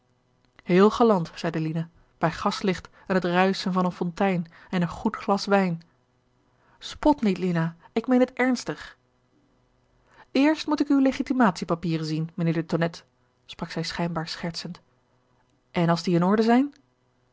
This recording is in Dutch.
heel galant zeide lina bij gaslicht en het ruischen van een fontein en een goed glas wijn spot niet lina ik meen het ernstig eerst moet ik uw legitimatie papieren zien mijnheer de tonnette sprak zij schijnbaar schertsend en als die in orde zijn